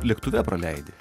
lėktuve praleidi